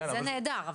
זה נהדר,